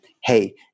Hey